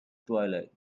twilight